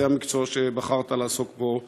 זה המקצוע שבחרת לעסוק בו כרגע.